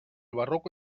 barroco